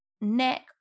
neck